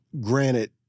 granted